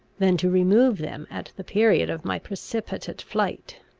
than to remove them at the period of my precipitate flight.